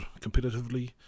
competitively